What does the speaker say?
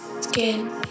Skin